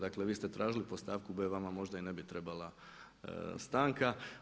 Dakle vi ste tražili po stavku b, vama možda i ne bi trebala stanka.